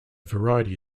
variety